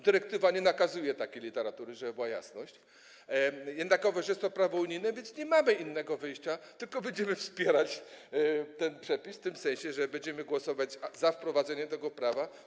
Dyrektywa nie nakazuje takiej literatury, żeby była jasność, jednakowoż jest to prawo unijne, więc nie mamy innego wyjścia, tylko będziemy wspierać te przepisy w tym sensie, że będziemy głosować za wprowadzeniem tego prawa.